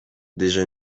déjà